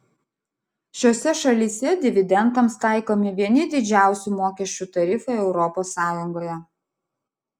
šiose šalyse dividendams taikomi vieni didžiausių mokesčių tarifai europos sąjungoje